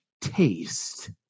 taste